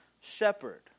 shepherd